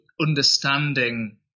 understanding